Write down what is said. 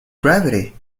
gravity